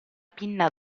pinna